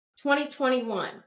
2021